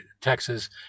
Texas